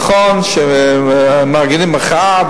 נכון שמארגנים מחאה,